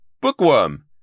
Bookworm